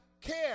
care